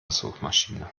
suchmaschine